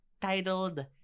titled